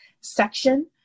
section